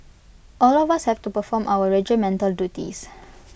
all of us have to perform our regimental duties